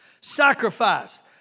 Sacrifice